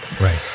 Right